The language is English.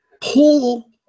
pull